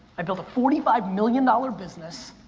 i built a forty five million dollars business,